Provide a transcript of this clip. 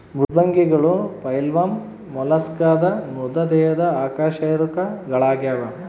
ಮೃದ್ವಂಗಿಗಳು ಫೈಲಮ್ ಮೊಲಸ್ಕಾದ ಮೃದು ದೇಹದ ಅಕಶೇರುಕಗಳಾಗ್ಯವ